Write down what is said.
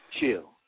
Chill